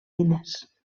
diners